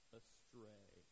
astray